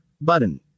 button